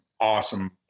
awesome